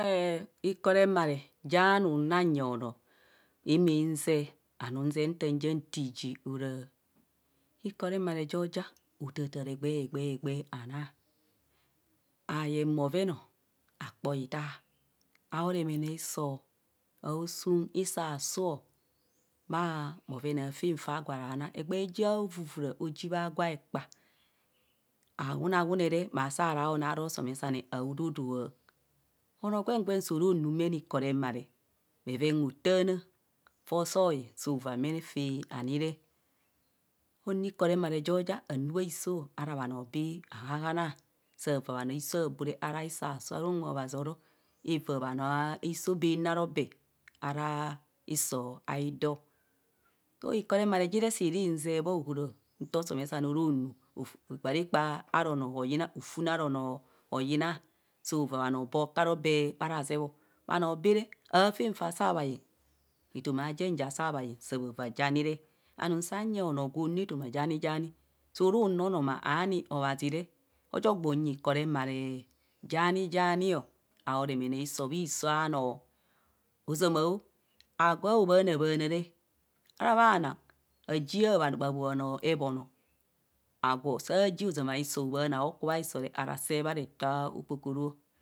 Ee ikoo remare ja anum na nye onoo imi see and uzee nta ja too ji ora ikoo remare jo ja othathara egber egbee a naa. Ayeng bhoven o akpoitaa au remene hiso aosuum hiso aasuu bhaoven aafen fa gwo ars naa egbee jo vuvura oji bha gwo ekpa awuna wune re maa saa ra aunaa ara osomen sane aa dodoo anoo gwen gwen soo oro ru mene iko remare bhevon hotaanaa foo soo yen soo mene faa anire oyina ikoo remare jo ja anu bhaiso ara bhanoo bee ahaahanaa saa vaa bhanoo aisoo abhoo re isoo aasuu ara unwe aro avaa bhe noo aisoo bha nu aro bee araiso aidoo soo ikoo remare ji re siirin zee bhaohora nta osomesane oro noo hoyina, soo vaa bhanoo bho ku ara obee bha razeeb o bha noo bee re aafen faa saa yeng etoma ayen ja saa yeng saa bha yeng saa bha vaa je ani re, anum saa nyeng onoo gwo nu etoma ja ni ja ni suu ruu nọọnọma aari obhazi re ojo gbo unyi ikoo remare ja ni ja ni o, ao remene hiso bhisoo anoo ozama o, agwo ao bhanaa bhaana re, ara bhanaa bha jie bha bhoo hooku bhaiso re agwo saaji ara see bhareto akpokoro ọ.